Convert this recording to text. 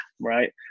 right